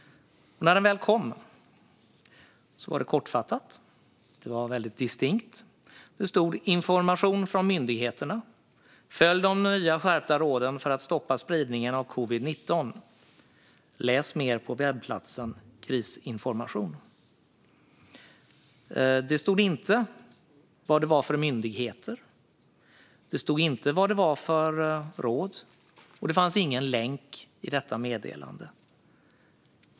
När sms:et väl kom var det kortfattat och väldigt distinkt. Det stod: "Information från myndigheterna: Följ de nya skärpta råden för att stoppa spridningen av covid-19. Läs mer på webbplatsen Krisinformation." Det stod inte vad det var för myndigheter. Det stod inte vad det var för råd. Det fanns inte heller någon länk i meddelandet.